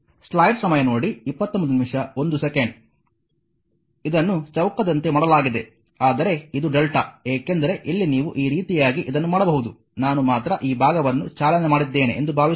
ಇದನ್ನು ಚೌಕದಂತೆ ಮಾಡಲಾಗಿದೆ ಆದರೆ ಇದು Δ lrm ಏಕೆಂದರೆ ಇಲ್ಲಿ ನೀವು ಈ ರೀತಿಯಾಗಿ ಇದನ್ನು ಮಾಡಬಹುದು ನಾನು ಮಾತ್ರ ಈ ಭಾಗವನ್ನು ಚಾಲನೆ ಮಾಡಿದ್ದೇನೆ ಎಂದು ಭಾವಿಸೋಣ